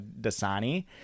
dasani